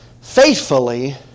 faithfully